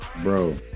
bro